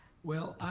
well,